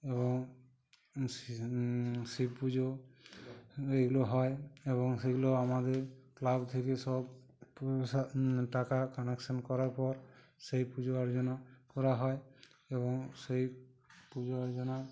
এবং শি শিব পুজো এগুলো হয় এবং সেগুলো আমাদের ক্লাব থেকে সব সা টাকা কালেকশান করার পর সেই পুজো অর্চনা করা হয় এবং সেই পুজো অর্চনা